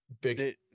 Big